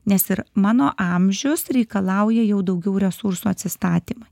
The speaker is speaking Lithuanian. nes ir mano amžius reikalauja jau daugiau resursų atsistatymui